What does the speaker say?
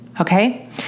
okay